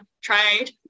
trade